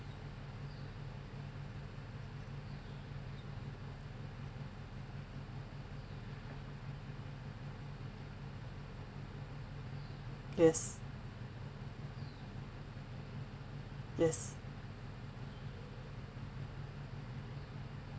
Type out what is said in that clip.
yes yes